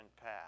path